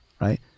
right